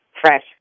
fresh